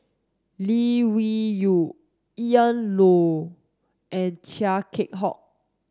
Lee Wung Yew Ian Loy and Chia Keng Hock